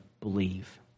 believe